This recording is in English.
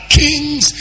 kings